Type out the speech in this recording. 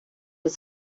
des